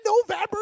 November